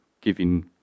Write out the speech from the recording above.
giving